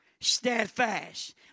steadfast